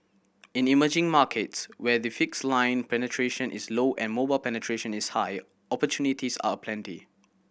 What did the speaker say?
in emerging markets where the fixed line penetration is low and mobile penetration is high opportunities are aplenty